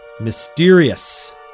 Mysterious